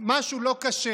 משהו לא כשר